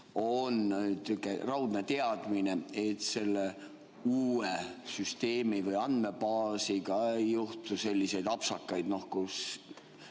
raudne teadmine, et selle uue süsteemi või andmebaasiga ei juhtu selliseid apsakaid, kus